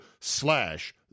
slash